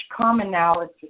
commonality